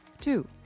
Two